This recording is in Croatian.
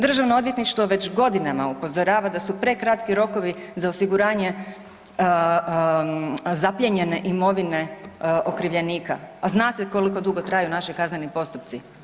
Državno odvjetništvo već godinama upozorava da su prekratki rokovi za osiguranje zaplijenjene imovine okrivljenika, a zna se koliko dugo traju naši kazneni postupci.